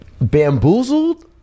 Bamboozled